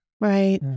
Right